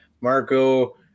marco